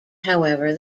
however